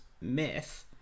myth